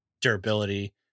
durability